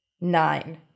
nine